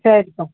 சரிப்பா